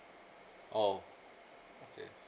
orh okay